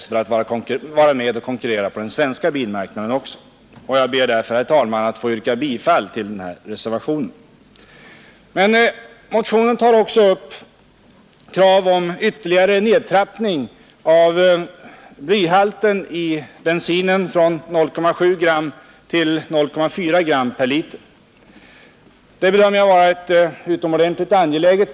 Därför anser vi reservanter att den 90-procentiga reningen skall vara ett krav även i Sverige fr.o.m. 1975. Jag ber, herr talman, att få yrka bifall till reservationen. Men motionen tar också upp krav om ytterligare nedtrappning av blyhalten i bensinen från 0,7 till 0,4 gram per liter. Jag bedömer detta krav som ytterligt angeläget.